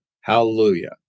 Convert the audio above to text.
hallelujah